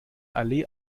allee